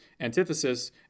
antithesis